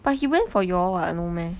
but he rent for y'all [what] no meh